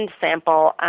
sample